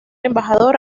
embajador